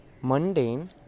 mundane